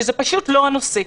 שזה פשוט לא הנושא.